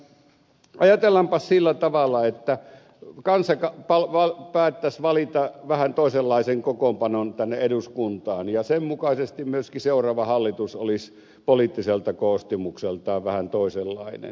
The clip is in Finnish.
nimittäin ajatellaanpas sillä tavalla että kansa päättäisi valita vähän toisenlaisen kokoonpanon tänne eduskuntaan ja sen mukaisesti myöskin seuraava hallitus olisi poliittiselta koostumukseltaan vähän toisenlainen